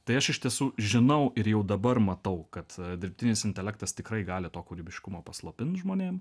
tai aš iš tiesų žinau ir jau dabar matau kad dirbtinis intelektas tikrai gali to kūrybiškumo paslopint žmonėm